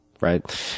right